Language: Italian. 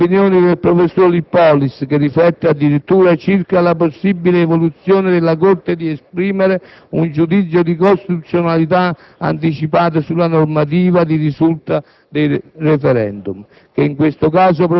Si pensi, ad esempio, da una parte, alle opinioni del professor Lippolis, che riflette, addirittura, circa la possibile evoluzione della Corte di esprimere un giudizio di costituzionalità anticipato sulla normativa di risulta